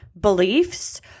beliefs